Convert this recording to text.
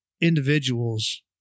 individuals